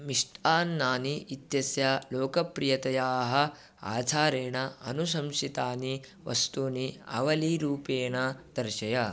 मिष्टान्नानि इत्यस्य लोकप्रियतयाः आचारेण अनुशंशितानि वस्तूनि आवलीरूपेण दर्शय